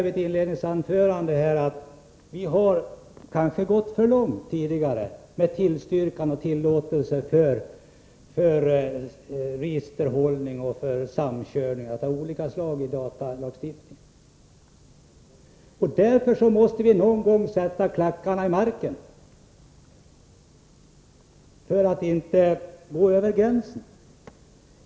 I mitt inledningsanförande sade jag att vi tidigare kanske har gått för långt i datalagstiftningen när det gällt att tillstyrka och tillåta registerhållning och samkörningar av olika slag. Vi måste någon gång sätta klackarna i marken för att inte gå över gränsen.